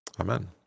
Amen